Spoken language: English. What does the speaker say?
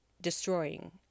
destroying